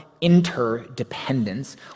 interdependence